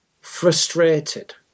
Frustrated